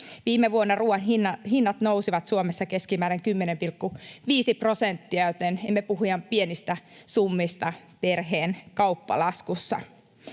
Viime vuonna ruuan hinnat nousivat Suomessa keskimäärin 10,5 prosenttia, joten emme puhu ihan pienistä summista perheen kauppalaskussa.